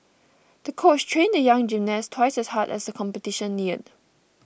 the coach trained the young gymnast twice as hard as the competition neared